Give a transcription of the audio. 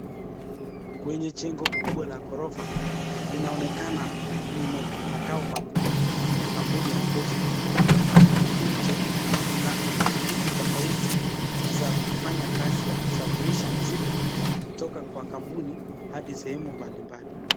Kwenye jengo kubwa la ghorofa, linaonekana ni makao makuu ya kampuni ya posta. Huku nje kuna pikipiki tofauti za kufanya kazi ya kusafirisha mizigo kutok kwa kampuni, hadi sehemu mbali mbali.